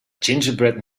gingerbread